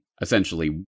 essentially